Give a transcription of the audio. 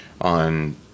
on